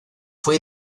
fue